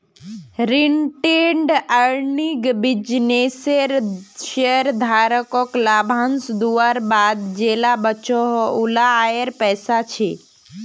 retained earning बिज्नेसेर शेयरधारकोक लाभांस दुआर बाद जेला बचोहो उला आएर पैसा छे